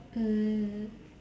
mm